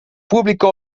público